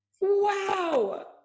Wow